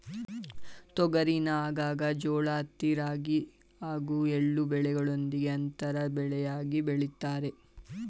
ತೊಗರಿನ ಆಗಾಗ ಜೋಳ ಹತ್ತಿ ರಾಗಿ ಹಾಗೂ ಎಳ್ಳು ಬೆಳೆಗಳೊಂದಿಗೆ ಅಂತರ ಬೆಳೆಯಾಗಿ ಬೆಳಿತಾರೆ